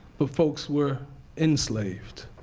but folks were enslaved.